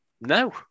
no